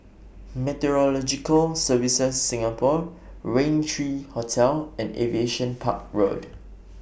Meteorological Services Singapore Raintr three Hotel and Aviation Park Road